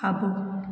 खाबो॒